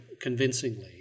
convincingly